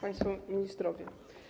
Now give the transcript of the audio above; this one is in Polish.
Państwo Ministrowie!